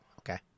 Okay